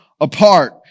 apart